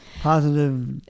Positive